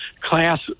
class